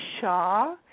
Shaw